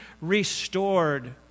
restored